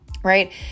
right